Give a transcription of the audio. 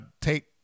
take